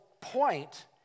point